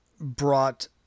brought